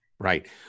Right